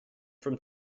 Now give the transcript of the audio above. from